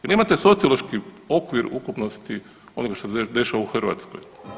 Vi nemate sociološki okvir ukupnosti onoga što se dešava u Hrvatskoj.